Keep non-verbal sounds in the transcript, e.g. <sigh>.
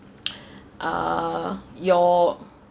<noise> uh your